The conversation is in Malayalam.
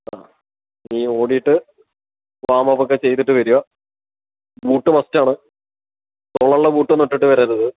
ആ ഇനി ഓടിയിട്ട് വാമപ്പൊക്കെ ചെയ്തിട്ട് വരിക ബൂട്ട് മസ്റ്റാണ് തൊളയുള്ള ബൂട്ട് ഒന്നും ഇട്ടിട്ട് വരരുത്